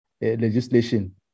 legislation